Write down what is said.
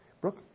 Brooke